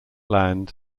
land